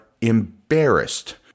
embarrassed